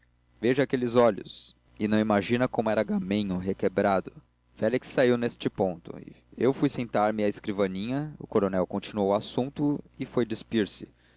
veja aqueles olhos e não imagina como era gamenho requebrado félix saiu neste ponto eu fui sentar-me à escrivaninha o coronel não continuou o assunto e foi deitar-se